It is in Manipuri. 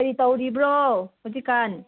ꯀꯔꯤ ꯇꯧꯔꯤꯕ꯭ꯔꯣ ꯍꯧꯖꯤꯛ ꯀꯥꯟ